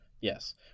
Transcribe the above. Yes